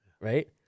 right